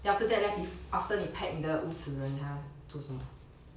then after that leh after 你 pack 你的屋子你还要做什么